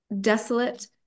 desolate